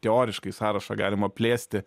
teoriškai sąrašą galima plėsti